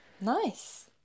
Nice